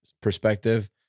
perspective